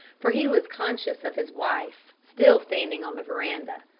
for he was conscious of his wife, still standing on the veranda.